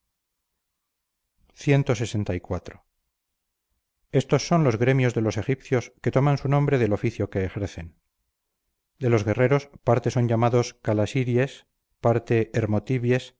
marineros clxiv estos son los gremios de los egipcios que toman su nombre del oficio que ejercen de los guerreros parte son llamados calasiries parte